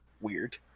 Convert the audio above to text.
weird